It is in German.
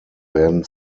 werden